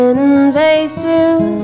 Invasive